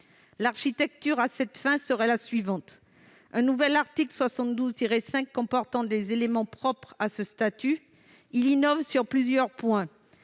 L'architecture, à cette fin, serait la suivante. Premièrement, un nouvel article 72-5 comportant des éléments propres à ce statut. Il innove sur plusieurs points